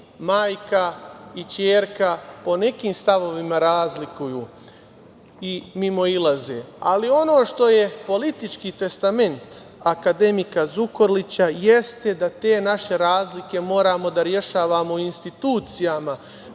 i ćerka po nekim stavovima razlikuju i mimoilaze, ali ono što je politički testament akademika Zukorlića jeste da te naše razlike moramo da rešavamo u institucijama,